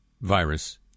virus